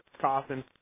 coffin